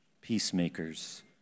peacemakers